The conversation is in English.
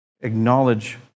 acknowledge